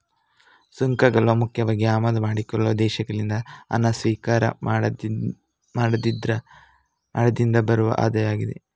ಸುಂಕಗಳು ಮುಖ್ಯವಾಗಿ ಆಮದು ಮಾಡಿಕೊಳ್ಳುವ ದೇಶಗಳಿಗೆ ಹಣ ಸ್ವೀಕಾರ ಮಾಡುದ್ರಿಂದ ಬರುವ ಆದಾಯ ಆಗಿದೆ